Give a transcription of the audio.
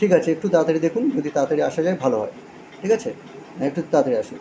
ঠিক আছে একটু তাড়াতাড়ি দেখুন যদি তাড়াতাড়ি আসা যায় ভালো হয় ঠিক আছে হ্যাঁ একটু তাড়াতাড়ি আসুন